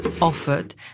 offered